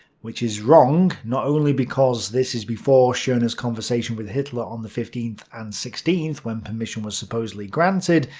which is wrong not only because this is before schorner's conversation with hitler on the fifteenth and sixteenth when permission was supposedly granted,